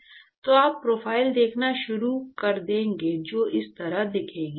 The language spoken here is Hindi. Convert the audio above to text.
तो आप प्रोफाइल देखना शुरू कर देंगे जो इस तरह दिखेगी